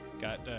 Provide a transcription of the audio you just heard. Got